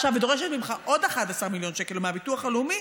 ודורשת ממך עוד 11 מיליון שקל מהביטוח הלאומי,